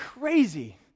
crazy